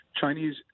Chinese